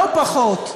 לא פחות.